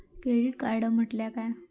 Credit card म्हटल्या काय?